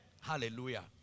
Hallelujah